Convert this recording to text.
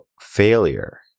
failure